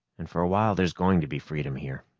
and for a while, there's going to be freedom here.